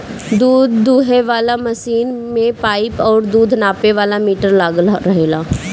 दूध दूहे वाला मशीन में पाइप और दूध नापे वाला मीटर लागल रहेला